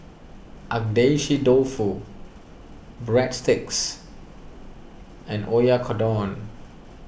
Agedashi Dofu Breadsticks and Oyakodon